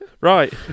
Right